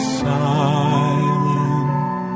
silent